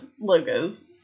logos